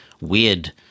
weird